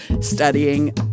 studying